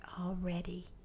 already